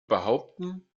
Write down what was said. behaupten